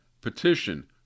Petition